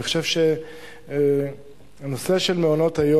אני חושב שהנושא של מעונות-היום,